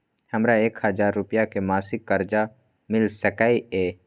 हमरा एक हजार रुपया के मासिक कर्जा मिल सकैये?